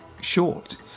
short